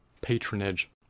patronage